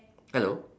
hello